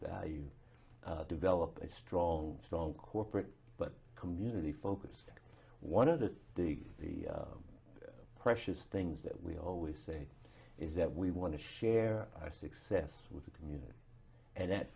value develop a strong strong corporate but community focused one of the the precious things that we always say is that we want to share our success with the community and that